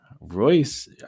Royce